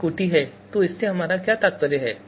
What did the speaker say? तो इससे हमारा क्या तात्पर्य है